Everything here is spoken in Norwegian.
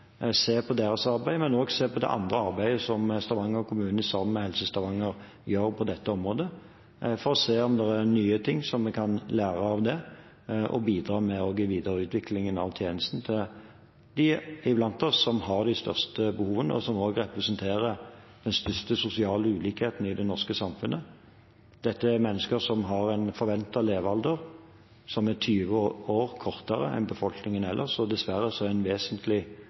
på deres arbeid, men også se på det andre arbeidet som Stavanger kommune sammen med Helse Stavanger gjør på dette området, for å se om det er nye ting som vi kan lære av det og bidra med i videreutviklingen av tjenester for dem iblant oss som har de største behovene, og som representerer den største sosiale ulikheten i det norske samfunnet. Dette er mennesker med en forventet levealder som er 20 år kortere enn befolkningen ellers. Dessverre er en vesentlig